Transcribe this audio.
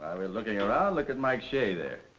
we're looking around, look at mike shea there.